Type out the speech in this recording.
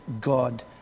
God